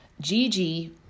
Gigi